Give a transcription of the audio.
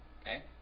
Okay